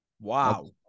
Wow